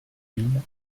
mille